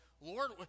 Lord